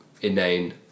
inane